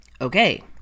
Okay